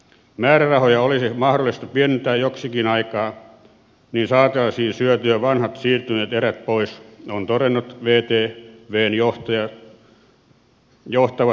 määrärahoja olisi mahdollista pienentää joksikin aikaa niin saataisiin syötyä vanhat siirtyneet erät pois on todennut vtvn johtava tuloksellisuustarkastaja lindman